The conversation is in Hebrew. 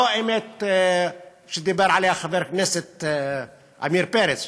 לא אמת שדיבר עליה חבר הכנסת עמיר פרץ,